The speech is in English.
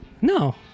No